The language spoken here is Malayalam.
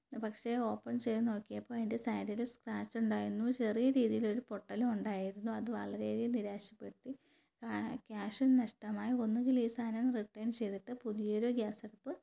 പക്ഷേ ഓപ്പൺ ചെയ്തു നോക്കിയപ്പോൾ അതിൻറെ സൈഡിൽ സ്ക്രാച്ച് ഉണ്ടായിരുന്നു ചെറിയ രീതിയിലൊരു പൊട്ടലും ഉണ്ടായിരുന്നു അത് വളരെയധികം നിരാശപ്പെടുത്തി ക്യാഷും നഷ്ടമായി ഒന്നുകിൽ ഈ സാധനം റിട്ടേൺ ചെയ്തിട്ട് പുതിയൊരു ഗ്യാസടുപ്പ്